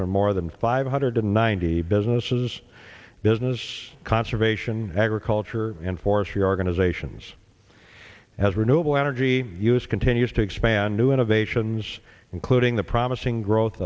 from more than five hundred ninety businesses business conservation agriculture and forestry organizations as renewable energy use continues to expand new innovations including the promising growth